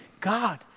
God